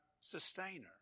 sustainer